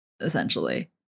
essentially